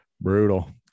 Brutal